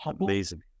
amazing